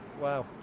Wow